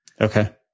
Okay